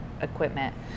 equipment